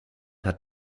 hat